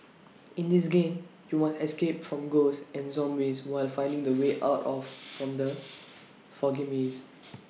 in this game you must escape from ghosts and zombies while finding the way out of from the foggy maze